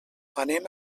anem